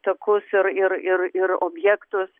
takus ir ir ir ir objektus